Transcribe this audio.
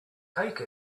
take